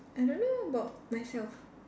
I don't know about myself